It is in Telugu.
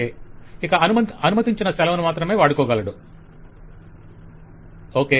క్లయింట్ ఇక అనుమతించిన సెలవుని మాత్రమే వాడుకోగలడు వెండర్ ఓకె